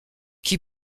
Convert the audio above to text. qui